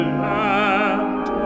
land